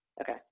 Okay